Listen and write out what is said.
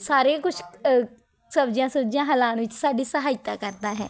ਸਾਰੇ ਕੁਛ ਸਬਜ਼ੀਆਂ ਸੁਬਜ਼ੀਆਂ ਹਿਲਾਉਣ ਵਿੱਚ ਸਾਡੀ ਸਹਾਇਤਾ ਕਰਦਾ ਹੈ